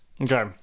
okay